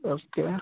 okay